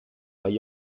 agli